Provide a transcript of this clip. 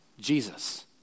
Jesus